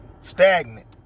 Stagnant